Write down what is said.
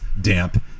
damp